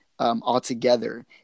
Altogether